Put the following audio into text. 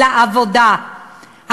לעבודה,